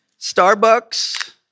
Starbucks